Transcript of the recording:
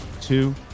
two